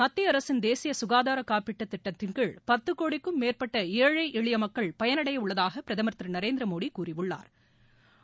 மத்திய அரசின் தேசிய சுகாதார காப்பீட்டுத் திட்டத்தின் கீழ் பத்து கோடிக்கும் மேற்பட்ட ஏழை எளிய மக்கள் பயனடையவுள்ளதாக பிரதமா் திரு நரேந்திரமோடி கூறியுள்ளாா்